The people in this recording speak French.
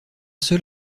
seul